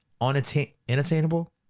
unattainable